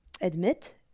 admit